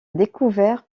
découvert